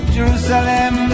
Jerusalem